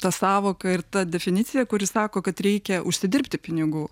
t sąvoką ir t definiciją kuri sako kad reikia užsidirbti pinigų